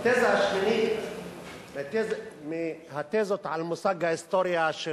בתזה השמינית מהתזות על מושג ההיסטוריה של